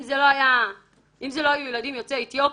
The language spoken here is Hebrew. אם אלה לא היו ילדים יוצאי אתיופיה,